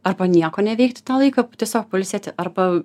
arba nieko neveikti tą laiką tiesiog pailsėti arba